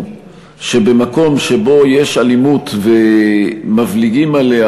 שבמקום שבו יש אלימות ומבליגים עליה,